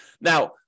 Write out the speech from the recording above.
Now